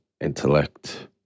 intellect